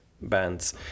bands